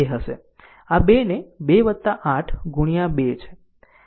આ 2 ને 2 8 ગુણ્યા 2 છે જે ખરેખર 0